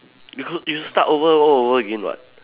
because you start over all over again [what]